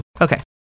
Okay